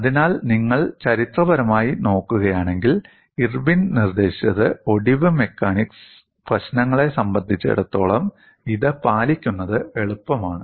അതിനാൽ നിങ്ങൾ ചരിത്രപരമായി നോക്കുകയാണെങ്കിൽ ഇർവിൻ നിർദ്ദേശിച്ചത് ഒടിവ് മെക്കാനിക്സ് പ്രശ്നങ്ങളെ സംബന്ധിച്ചിടത്തോളം ഇത് പാലിക്കുന്നത് എളുപ്പമാണ്